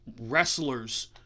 wrestlers